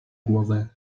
głowę